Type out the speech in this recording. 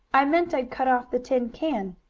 i meant i'd cut off the tin can.